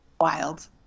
Wild